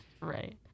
Right